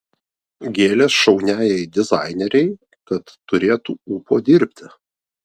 gėlės šauniajai dizainerei kad turėtų ūpo dirbti